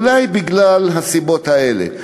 אולי מהסיבות האלה.